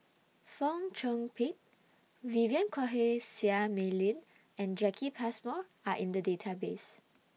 Fong Chong Pik Vivien Quahe Seah Mei Lin and Jacki Passmore Are in The Database